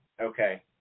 okay